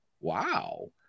wow